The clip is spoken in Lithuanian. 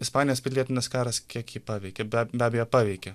ispanijos pilietinis karas kiek jį paveikė be be abejo paveikė